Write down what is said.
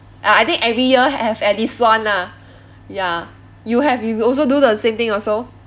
ah I think every year have at least one lah ya you have you also do the same thing also